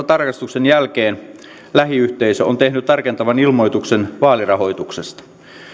tarkastuksen jälkeen lähiyhteisö on tehnyt tarkentavan ilmoituksen vaalirahoituksesta